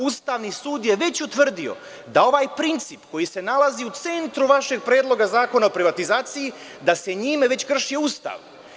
Ustavni sud je već utvrdio da se ovim principom koji se nalazi u centru vašeg Predloga zakona o privatizaciji krši Ustav.